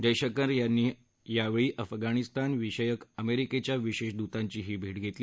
जयशंकर यांनी यावेळी अफगाणिस्तान विषयक अमेरिकेच्याविशेष दूतांचीही भेट घेतली